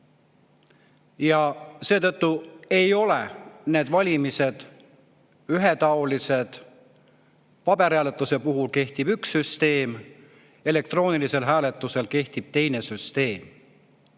Seetõttu ei ole need valimised ühetaolised. Paberhääletusel kehtib üks süsteem, elektroonilisel hääletusel kehtib teine süsteem.